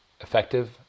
effective